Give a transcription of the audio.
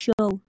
show